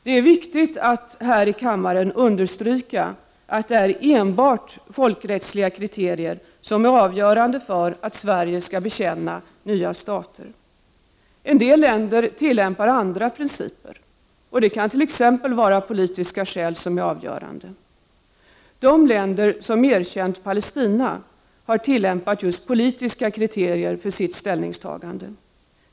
Det är viktigt att här i kammaren understryka att det är enbart folkrättsliga kriterier som är avgörande för att Sverige skall erkänna nya stater. En del länder tillämpar andra principer. Det kan t.ex. vara politiska skäl som är avgörande. De länder som erkänt Palestina har tillämpat just politiska kriterier för sitt ställningstagande.